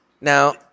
Now